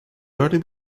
already